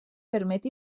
permet